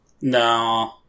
No